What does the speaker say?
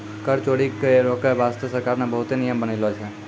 कर चोरी के रोके बासते सरकार ने बहुते नियम बनालो छै